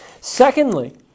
Secondly